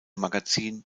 magazin